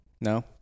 No